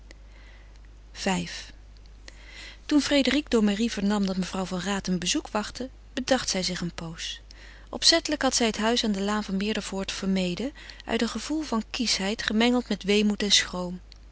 v toen frédérique door marie vernam dat mevrouw van raat een bezoek wachtte bedacht zij zich een poos opzettelijk had zij het huis van de laan van meerdervoort vermeden uit een gevoel van kieschheid gemengeld met weemoed en schroom